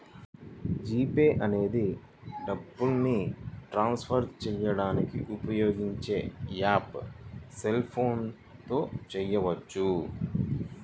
G pay అనేది డబ్బుని transfer చేయడానికి ఉపయోగించే యాప్పు సెల్ ఫోన్ తో చేయవచ్చు